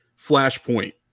Flashpoint